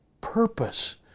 purpose